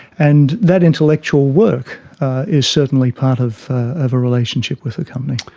and that intellectual work is certainly part of of a relationship with the company.